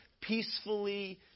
peacefully